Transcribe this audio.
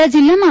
ખેડા જિલ્લા